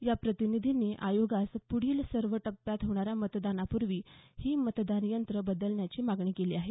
या प्रतिनिधींनी आयोगास पुढील सर्व टप्प्यांत होणाऱ्या मतदानापूर्वी ही मतदान यंत्रं बदलण्याची मागणी केली आहे